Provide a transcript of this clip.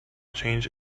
change